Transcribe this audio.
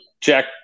Jack